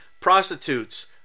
prostitutes